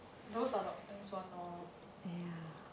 those are the ons [one] lor